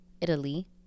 Italy